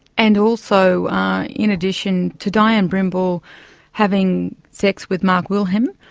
and also in addition to dianne brimble having sex with mark wilhelm,